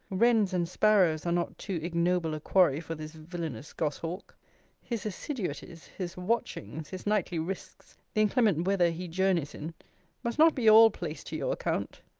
wrens and sparrows are not too ignoble a quarry for this villainous gos-hawk his assiduities his watchings his nightly risques the inclement weather he journeys in must not be all placed to your account.